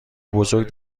بزرگ